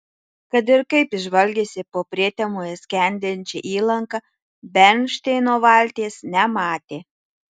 kad ir kaip jis žvalgėsi po prietemoje skendinčią įlanką bernšteino valties nematė